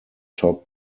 top